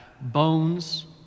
bones